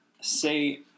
say